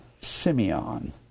Simeon